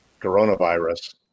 coronavirus